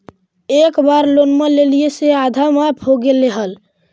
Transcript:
एक बार लोनवा लेलियै से आधा माफ हो गेले हल?